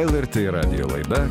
lrt radijo laida